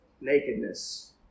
nakedness